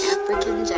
African